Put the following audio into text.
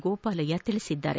ಗೋಪಾಲಯ್ಯ ತಿಳಿಸಿದ್ದಾರೆ